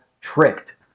tricked